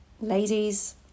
Ladies